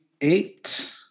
eight